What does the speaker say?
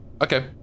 Okay